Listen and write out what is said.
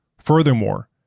Furthermore